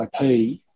IP